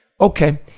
Okay